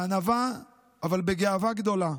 בענווה אבל בגאווה גדולה,